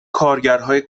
کارگرهای